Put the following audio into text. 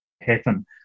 happen